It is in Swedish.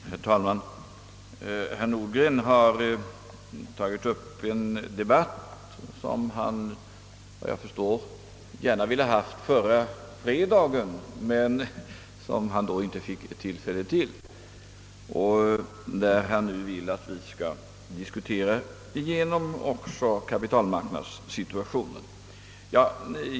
Herr talman! Herr Nordgren tog upp en debatt som han, efter vad jag kan förstå, gärna velat föra förra fredagen men då inte fick tillfälle till. Han vill nu att vi skall diskutera igenom även kapitalmarknadssituationen.